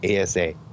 ASA